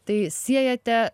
tai siejate